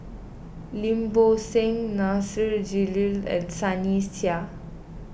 Lim Bo Seng Nasir Jalil and Sunny Sia